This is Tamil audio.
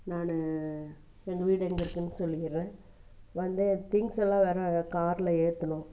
நான் எங்கள் வீடு எங்கள் வீடு எங்கே இருக்குதுனு சொல்லிடுறேன் வந்து திங்ஸ் எல்லாம் வேற கார்ல ஏற்றணும்